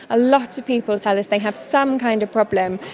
a lot of people tell us they have some kind of problem.